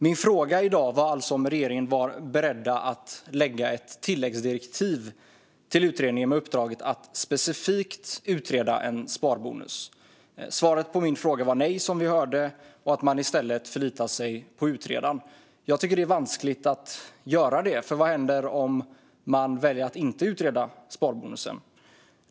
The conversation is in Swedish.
Min fråga i dag var alltså om regeringen är beredd att lägga ett tilläggsdirektiv till utredningen med uppdraget att specifikt utreda en sparbonus. Svaret på min fråga var nej, som vi hörde. Man förlitar sig på utredaren. Jag tycker att det är vanskligt att göra det, för vad händer om man inte väljer att utreda sparbonusen?